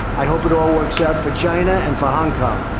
i hope it all works out for china and for hong kong.